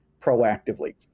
proactively